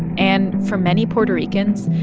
and for many puerto ricans,